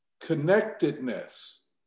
connectedness